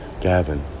Gavin